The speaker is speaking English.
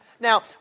now